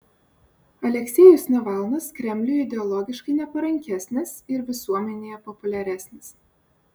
aleksejus navalnas kremliui ideologiškai neparankesnis ir visuomenėje populiaresnis